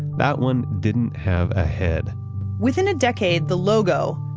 that one didn't have a head within a decade, the logo,